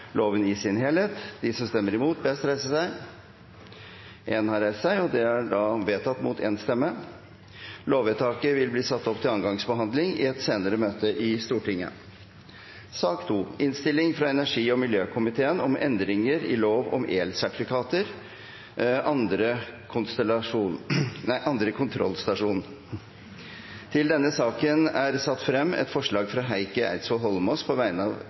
loven i sin helhet. Lovvedtaket vil bli satt opp til andre gangs behandling i et senere møte i Stortinget. Under debatten er det satt frem ett forslag. Det er forslag nr. 1, fra Heikki Eidsvoll Holmås på vegne av